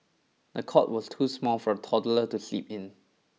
the cot was too small for the toddler to sleep in